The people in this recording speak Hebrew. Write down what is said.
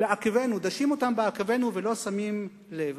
בעקבינו, דשים אותם בעקבינו, ולא שמים לב.